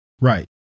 Right